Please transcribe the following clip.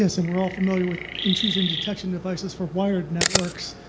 yes, and we're all familiar with intrusion detection devices for wired networks,